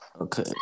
okay